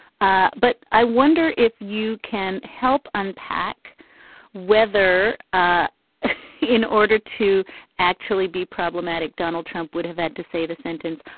ah but i wonder if you can help unpack whether ah in order to actually be problematic donald trump would have had to say the sentence.